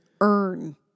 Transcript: earn